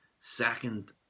second